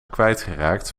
kwijtgeraakt